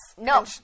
No